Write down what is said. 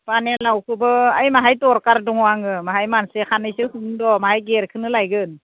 पानि लावखौबो बाहाय दरखार दङ आङो बाहाय मानसि सानैसो सोंदो र' बाहाय गेदेरखौनो लायगोन